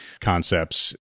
concepts